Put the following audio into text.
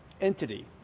entity